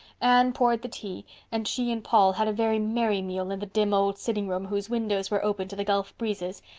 anne poured the tea and she and paul had a very merry meal in the dim old sitting room whose windows were open to the gulf breezes,